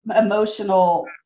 emotional